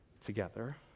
together